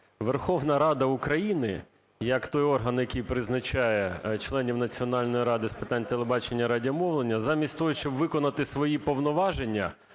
Верховна Рада України як той орган, який призначає членів Національної ради з питань телебачення і радіомовлення, замість того, щоб виконати свої повноваження,